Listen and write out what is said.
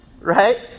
right